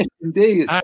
indeed